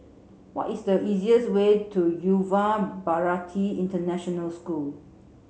what is the easiest way to Yuva Bharati International School